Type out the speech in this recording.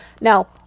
Now